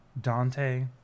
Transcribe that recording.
Dante